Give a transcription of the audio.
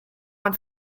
one